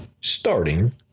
Starting